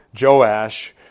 Joash